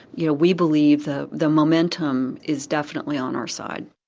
you know we believe the the momentum is definitely on our side,